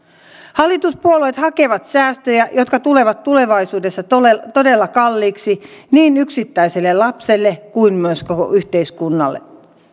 hallituspuolueet hakevat säästöjä jotka tulevat tulevaisuudessa todella todella kalliiksi niin yksittäiselle lapselle kuin myös koko yhteiskunnalle